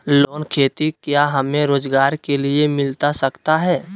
Loan खेती क्या हमें रोजगार के लिए मिलता सकता है?